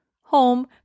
home